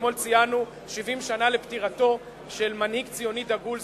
אתמול ציינו 70 שנה לפטירתו של מנהיג ציוני דגול,